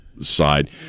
side